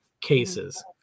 cases